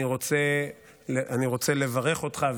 אני רוצה לברך אותך,